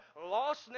lostness